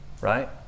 right